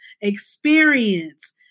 experience